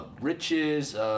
riches